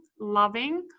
loving